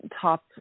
top